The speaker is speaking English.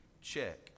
check